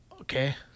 Okay